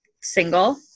single